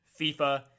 FIFA